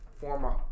former